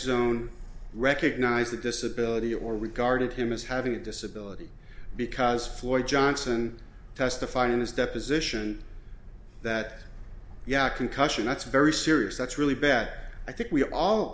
zone recognized the disability or regarded him as having a disability because floyd johnson testified in his deposition that yeah concussion that's very serious that's really bad i think we all